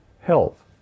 health